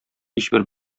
һичбер